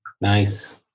Nice